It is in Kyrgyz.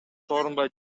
сооронбай